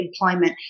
employment